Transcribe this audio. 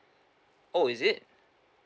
oh is it